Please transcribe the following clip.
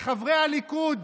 לחברי הליכוד